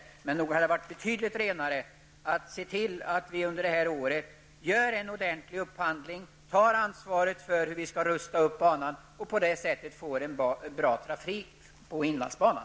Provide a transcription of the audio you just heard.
Nog hade det varit betydligt bättre att se till att vi under det här året gör en ordentlig upphandling, tar ansvaret för upprustningen av banan och på det sättet skapar en bra trafik på inlandsbanan.